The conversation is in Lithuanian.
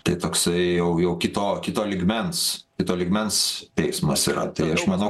tai toksai jau jau kito kito lygmens kito lygmens veiksmas yra tai aš manau